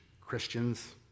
Christians